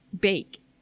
bake